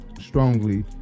strongly